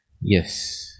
Yes